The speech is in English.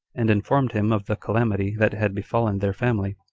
and informed him of the calamity that had befallen their family,